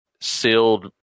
sealed